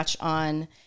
on